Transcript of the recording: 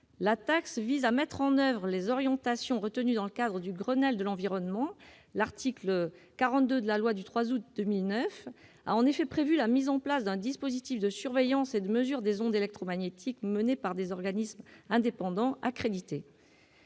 La taxe vise à mettre en oeuvre les orientations retenues dans le cadre du Grenelle de l'environnement : l'article 42 de la loi du 3 août 2009 a en effet prévu la mise en place d'un dispositif de surveillance et de mesure des ondes électromagnétiques, conduit par des organismes indépendants accrédités.